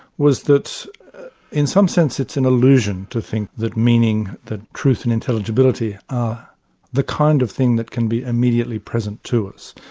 was that in some sense it's an illusion to think that meaning, that truth and intelligibility, are the kind of thing that can be immediately present to us.